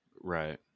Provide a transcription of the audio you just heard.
Right